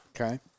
Okay